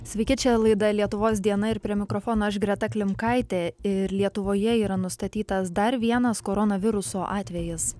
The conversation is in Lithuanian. sveiki čia laida lietuvos diena ir prie mikrofono aš greta klimkaitė ir lietuvoje yra nustatytas dar vienas koronaviruso atvejis